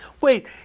Wait